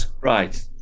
Right